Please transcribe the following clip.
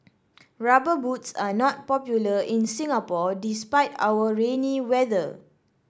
rubber boots are not popular in Singapore despite our rainy weather